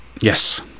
Yes